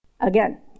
Again